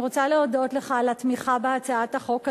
אני רוצה להודות לך על התמיכה בהצעת החוק הזאת.